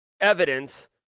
evidence